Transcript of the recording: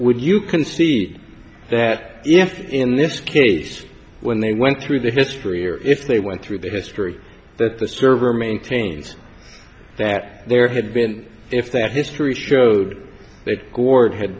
would you concede that if in this case when they went through the history or if they went through the history that the server maintains that there had been if that history showed that ward had